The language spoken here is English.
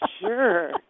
Sure